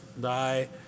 die